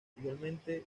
igualmente